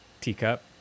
teacup